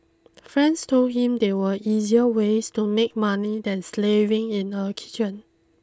friends told him there were easier ways to make money than slaving in a kitchen